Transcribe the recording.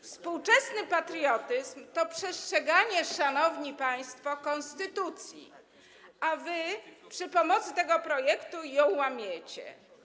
Współczesny patriotyzm to przestrzeganie, szanowni państwo, konstytucji, a wy, za pomocą tego projektu ją łamiecie.